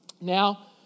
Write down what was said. Now